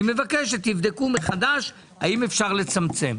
אני מבקש שתבדקו מחדש האם אפשר לצמצם.